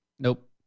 nope